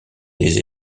des